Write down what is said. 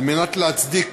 על מנת להצדיק